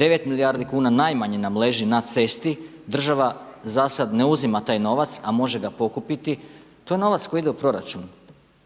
9 milijardi kuna najmanje nam leži na cesti, država zasad ne uzima taj novac a može ga pokupiti. To je novac koji ide u proračun